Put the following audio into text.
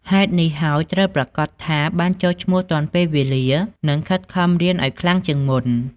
ហេតុនេះហើយ ត្រូវប្រាកដថាបានចុះឈ្មោះទាន់ពេលវេលា និង ខិតខំរៀនឲ្យខ្លាំងជាងមុន។